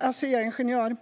Asea-ingenjör.